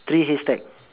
three haystack